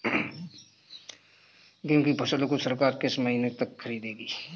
गेहूँ की फसल को सरकार किस महीने तक खरीदेगी?